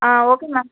ah okay ma'am